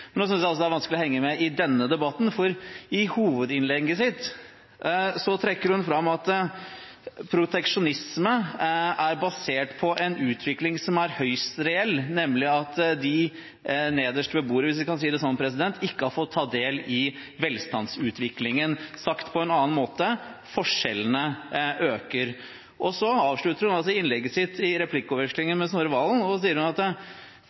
men nå synes jeg det er vanskelig å henge med i denne debatten, for i hovedinnlegget sitt trekker hun fram at proteksjonisme er basert på en utvikling som er høyst reell, nemlig at de nederst ved bordet, hvis vi kan si det slik, ikke har fått ta del i velstandsutviklingen. Sagt på en annen måte: Forskjellene øker. Så avslutter hun altså innlegget sitt i replikkordvekslingen med Snorre Serigstad Valen og sier at